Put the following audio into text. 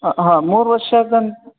ಹಾಂ ಹಾಂ ಮೂರು ವರ್ಷದಂಗೆ